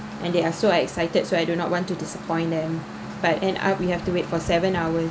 and they are so excited so I do not want to disappoint them but end up we have to wait for seven hours